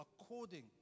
according